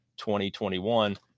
2021